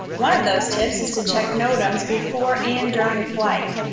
one of those tips is to check notams before and during flight.